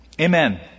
Amen